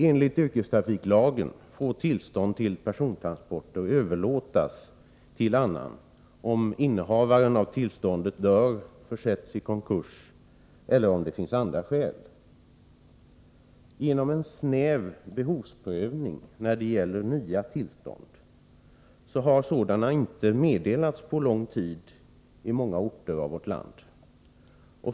Enligt yrkestrafiklagen får tillstånd till persontransport överlåtas till annan om innehavaren av tillståndet dör, försätts i konkurs eller om andra skäl finns. Genom en snäv behovsprövning har nya tillstånd inte meddelats på lång tid i många orter av vårt land.